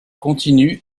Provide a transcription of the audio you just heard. continue